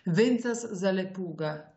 vincas zalepūga